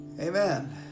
Amen